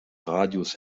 radius